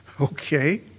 Okay